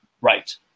right